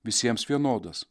visiems vienodas